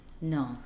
No